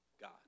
God